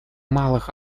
малых